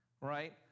right